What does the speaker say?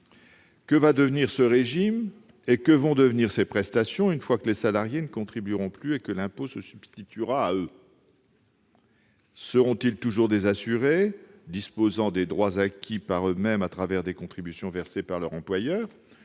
Que va devenir ce régime, et que vont devenir ces prestations, une fois que les salariés ne contribueront plus et que l'impôt se substituera à eux ? Ceux-ci seront-ils toujours des assurés, disposant des droits acquis par eux-mêmes à travers des contributions versées par leur employeur